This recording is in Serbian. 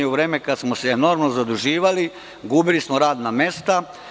U vreme kada smo se normalno zaduživali gubili smo radna mesta.